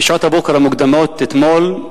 בשעות הבוקר המוקדמות, אתמול,